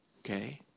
Okay